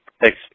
Thanks